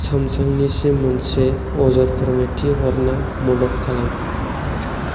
सामसांनिसिम मोनसे अजद फोरमायथि हरना मदद खालाम